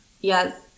Yes